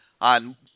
on